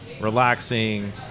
relaxing